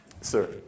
Sir